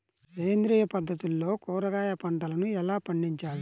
సేంద్రియ పద్ధతుల్లో కూరగాయ పంటలను ఎలా పండించాలి?